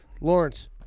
Lawrence